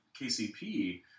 KCP